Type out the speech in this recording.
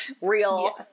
real